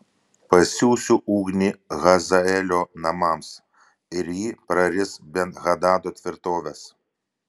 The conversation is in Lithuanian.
pasiųsiu ugnį hazaelio namams ir ji praris ben hadado tvirtoves